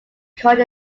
coined